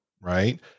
Right